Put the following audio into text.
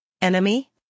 enemy